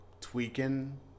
tweaking